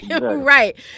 Right